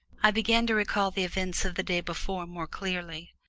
i began to recall the events of the day before more clearly.